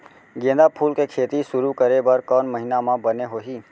गेंदा फूल के खेती शुरू करे बर कौन महीना मा बने होही?